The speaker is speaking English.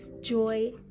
joy